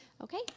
okay